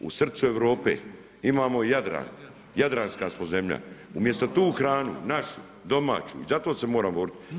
U srcu Europe, imamo Jadran, jadranska smo zemlja, umjesto tu hranu, našu, domaću i zato se moramo boriti.